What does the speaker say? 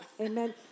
Amen